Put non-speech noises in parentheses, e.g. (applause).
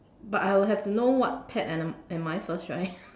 but I will have to know what pet am am I first right (laughs)